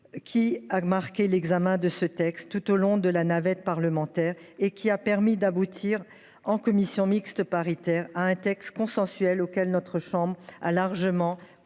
qui a présidé à l’examen de ce texte, tout au long de la navette parlementaire, et qui a permis d’aboutir, en commission mixte paritaire, à un texte consensuel auquel notre chambre a largement contribué.